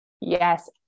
Yes